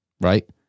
right